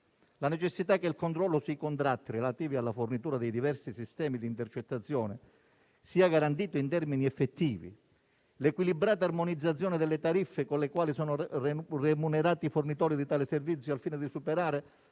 la necessità che il controllo sui contratti relativi alla fornitura dei diversi sistemi di intercettazione sia garantito in termini effettivi; l'equilibrata armonizzazione delle tariffe, con le quali sono remunerati i fornitori di tale servizio, al fine di superare